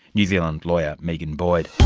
new zealand lawyer megan boyd.